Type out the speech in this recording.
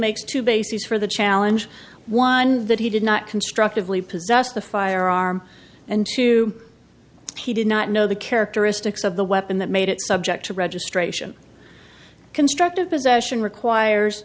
makes two bases for the challenge one that he did not constructively possess the firearm and two he did not know the characteristics of the weapon that made it subject to registration constructive possession requires